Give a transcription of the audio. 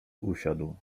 usiadł